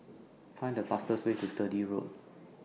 Find The fastest Way to Sturdee Road